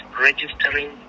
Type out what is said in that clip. registering